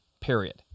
period